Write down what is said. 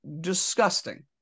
disgusting